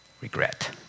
regret